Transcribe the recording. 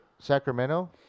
sacramento